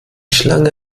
schlange